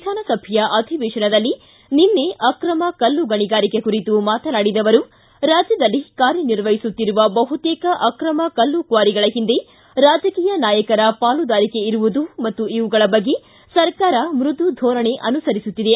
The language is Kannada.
ವಿಧಾನಸಭೆಯ ಅಧಿವೇಶನದಲ್ಲಿ ನಿನ್ನೆ ಆಕ್ರಮ ಕಲ್ಲು ಗಣಿಗಾರಿಕೆ ಕುರಿತು ಮಾತನಾಡಿದ ಅವರು ರಾಜ್ಯದಲ್ಲಿ ಕಾರ್ಯ ನಿರ್ವಹಿಸುತ್ತಿರುವ ಬಹುತೇಕ ಆಕ್ರಮ ಕಲ್ಲು ಕ್ನಾರಿಗಳ ಹಿಂದೆ ರಾಜಕೀಯ ನಾಯಕರ ಪಾಲುದಾರಿಕೆ ಇರುವುದು ಮತ್ತು ಇವುಗಳ ಬಗ್ಗೆ ಸರ್ಕಾರ ಮೃದು ಧೋರಣೆ ಅನುಸರಿಸುತ್ತಿದೆ